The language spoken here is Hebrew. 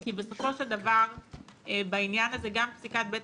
כי בסופו של דבר בעניין הזה גם פסיקת בית